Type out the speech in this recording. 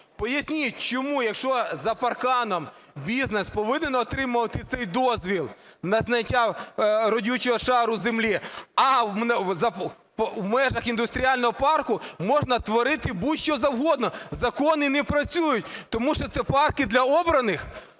Поясніть, чому? Якщо за парканом бізнес повинен отримувати цей дозвіл на зняття родючого шару землі, а в межах індустріального парку можна творити будь-що завгодно. Закони не працюють, тому що це парки для обраних,